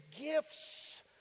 gifts